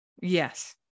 Yes